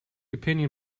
opinion